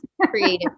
creative